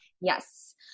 Yes